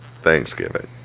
Thanksgiving